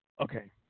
Okay